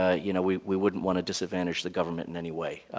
ah you know we we wouldn't want to disadvantage the government in any way.